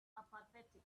apathetic